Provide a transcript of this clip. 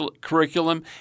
curriculum